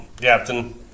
Captain